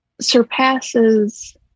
surpasses